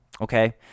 Okay